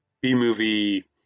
B-movie